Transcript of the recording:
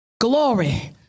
Glory